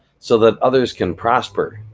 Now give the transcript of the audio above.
so that others can prosper,